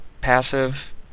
Passive